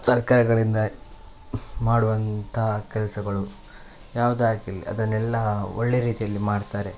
ತರಕಾರಿಗಳಿಂದ ಮಾಡುವಂಥ ಕೆಲಸಗಳು ಯಾವ್ದಾಗಿರಲಿ ಅದನ್ನೆಲ್ಲಾ ಒಳ್ಳೆಯ ರೀತಿಯಲ್ಲಿ ಮಾಡ್ತಾರೆ